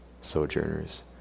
sojourners